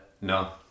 no